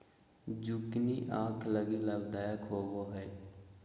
zucchini आंख लगी लाभदायक होबो हइ